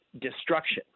destruction